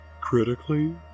Critically